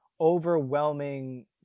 overwhelming